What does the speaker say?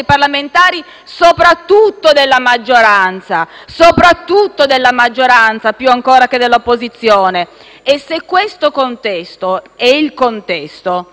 Grazie.